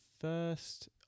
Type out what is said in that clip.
first